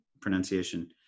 pronunciation